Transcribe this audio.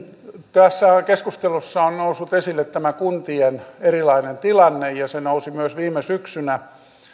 tässä keskustelussa on noussut esille tämä kuntien erilainen tilanne ja se nousi myös viime syksynä